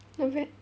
not bad